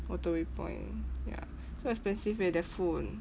waterway point ya so expensive eh their food